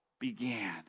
began